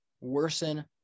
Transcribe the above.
worsen